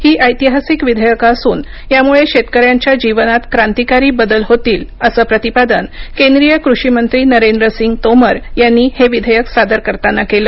ही ऐतिहासिक विधेयकं असून यामुळे शेतकऱ्यांच्या जीवनात क्रांतिकारी बदल होतील असं प्रतिपादन केंद्रीय कृषी मंत्री नरेंद्र सिंग तोमर यांनी हे विधेयक सादर करताना केलं